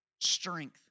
strength